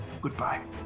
Goodbye